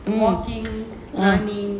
the walking running